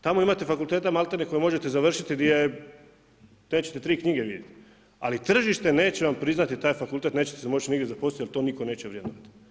Tamo imate fakulteta maltene koji možete završiti gdje nećete tri knjige vidjeti, ali tržište neće vam priznati taj fakultet nećete se moći nigdje zaposliti jer to niko neće vrednovati.